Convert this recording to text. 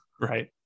Right